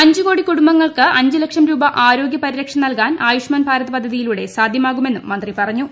അഞ്ച് കോടി കുടുംബങ്ങൾക്ക് അഞ്ച് ലക്ഷം രൂപ ആരോഗ്യ പരിരക്ഷ നൽകാൻ ആയുഷ്മാൻ ഭാരത് പദ്ധതിയിലുടെ സാധ്യമാകുമെന്നും മന്ത്രി പറഞ്ഞു